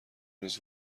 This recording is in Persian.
نیز